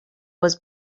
was